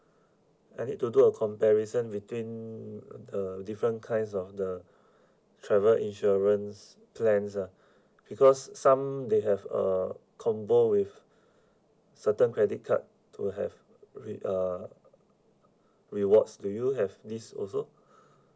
I need to do a comparison between the different kinds of the travel insurance plans ah because some they have a combo with certain credit card to have re~ uh rewards do you have this also